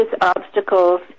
obstacles